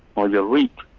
or you're weak.